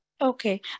Okay